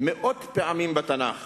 מאות פעמים בתנ"ך